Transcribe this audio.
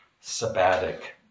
sabbatic